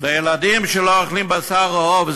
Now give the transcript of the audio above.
ילדים שלא אוכלים בשר או עוף,